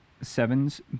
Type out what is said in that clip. sevens